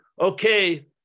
okay